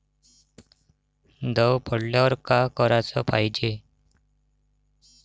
दव पडल्यावर का कराच पायजे?